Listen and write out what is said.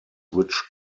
which